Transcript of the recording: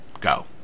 Go